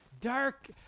dark